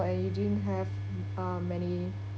and it didn't have um many